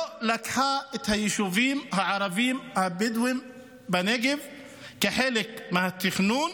היא לא לקחה את היישובים הערביים הבדואים בנגב כחלק מהתכנון,